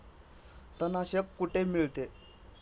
तणनाशक कुठे मिळते?